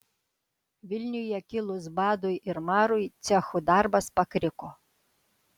vilniuje kilus badui ir marui cechų darbas pakriko